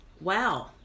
Wow